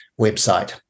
website